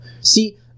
See